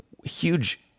huge